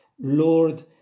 Lord